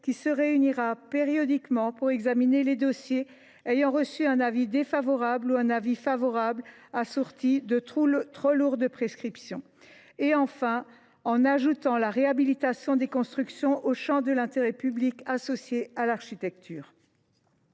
se réunira périodiquement pour examiner les dossiers ayant reçu un avis défavorable ou un avis favorable assorti de trop lourdes prescriptions. La proposition de loi ajoute enfin la réhabilitation des constructions au champ de l’intérêt public associé à l’architecture.